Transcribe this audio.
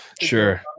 Sure